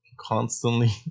constantly